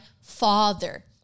father